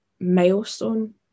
milestone